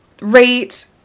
rate